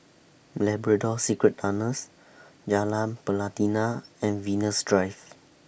Labrador Secret Tunnels Jalan Pelatina and Venus Drive